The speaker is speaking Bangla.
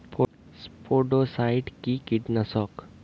স্পোডোসাইট কি কীটনাশক?